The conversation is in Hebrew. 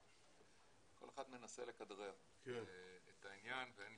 כל אחד מנסה לכדרר את העניין ואין לי